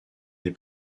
des